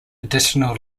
additional